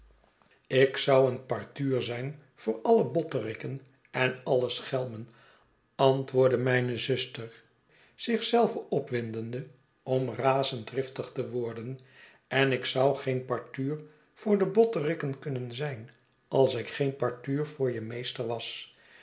ik zou een partuur zijn voor alle botteriken en alle schelmen antwoordde mijne zuster zich zelve opwindende om razend driftig te worden en ik zou geen partuur voor de botteriken kunnen zijn als ik geen partuur voor je meester was